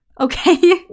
Okay